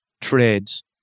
trades